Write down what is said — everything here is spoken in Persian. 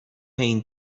این